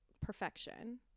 perfection